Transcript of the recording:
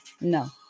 No